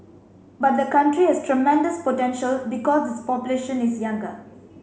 but the country has tremendous potential because its population is younger